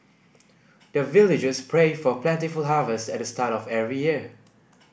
the villagers pray for plentiful harvest at the start of every year